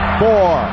four